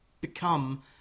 become